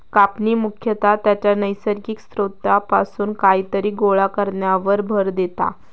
कापणी मुख्यतः त्याच्या नैसर्गिक स्त्रोतापासून कायतरी गोळा करण्यावर भर देता